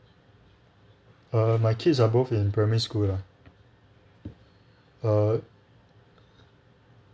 err my kids are both in primary school lah err